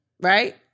right